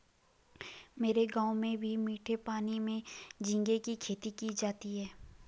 मेरे गांव में भी मीठे पानी में झींगे की खेती की जाती है